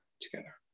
together